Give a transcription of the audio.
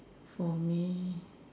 for me